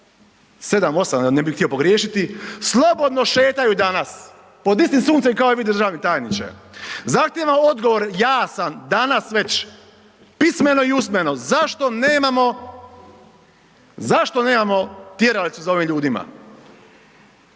7-8 ne bih htio pogriješiti slobodno šetaju danas pod istim suncem kao i vi državni tajniče. Zahtijevam odgovor, ja sam danas već pismeno i usmeno zašto nemamo, zašto nemamo tjeralicu za ovim ljudima?